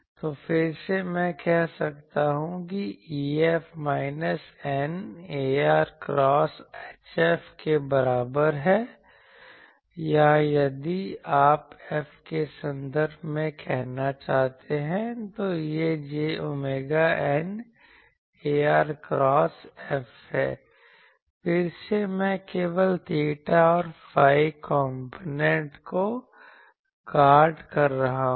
तो फिर से मैं कह सकता हूं कि EF minus η ar cross HF के बराबर है या यदि आप F के संदर्भ में कहना चाहते हैं तो यह j omega η ar cross F है फिर से मैं केवल theta और phi कॉम्पोनेंट को गार्ड कर रहा हूं